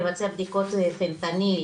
לבצע בדיקות פנטניל,